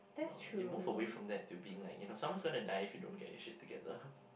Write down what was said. no you move away from that to being like you know someone's gonna die if you don't get your shit together